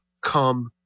come